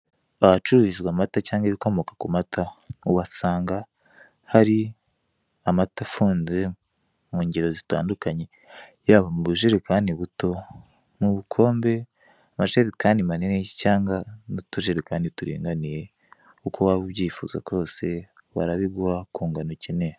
Ahacururizwa amata cyangwa ibikomoka ku mata, uhasanga hari amata afunze mu ngero zitandukanye: yaba mu bujerekani buto, mu bukombe, amajerekani manini cyangwa n'utujerekani turinganiye; uko waba ubyifuza kose barabiguha, ku ngano ukeneye.